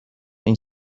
این